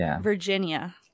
Virginia